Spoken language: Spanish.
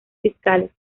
fiscales